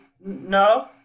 No